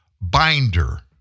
binder